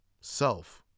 self